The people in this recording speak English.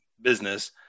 business